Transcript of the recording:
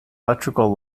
electrical